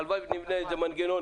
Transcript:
הלוואי ונבנה איזה מנגנון